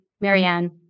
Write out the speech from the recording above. Marianne